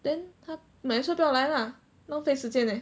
then 他 might as well 不要来 lah 浪费时间 leh